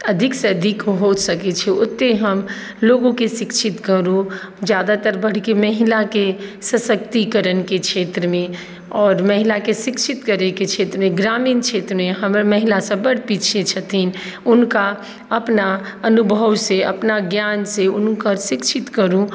अधिकसँ अधिक हो सकैत छै ओतेक हम लोगोंकेँ शिक्षित करू जादातर बढ़िके महिलाके सशक्तिकरणके क्षेत्रमे आओर महिलाके शिक्षित करैके क्षेत्रमे ग्रामीण क्षेत्रमे हमर महिला सभ बड़ पीछे छथिन हुनका अपना अनुभव से अपना ज्ञान से हुनकर शिक्षित करू